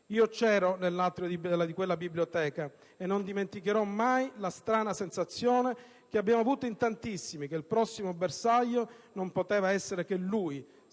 Io c'ero nell'atrio di quella biblioteca e non dimenticherò mai la strana sensazione, che abbiamo avuto in tantissimi, che il prossimo bersaglio non poteva essere che lui,